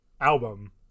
album